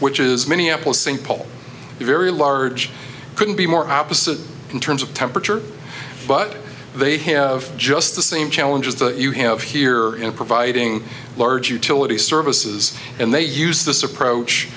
which is minneapolis st paul very large couldn't be more opposite in terms of temperature but they have just the same challenges that you have here in providing large utility services and they use this approach